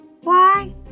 why